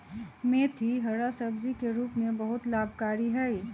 मेथी हरा सब्जी के रूप में बहुत लाभकारी हई